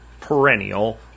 perennial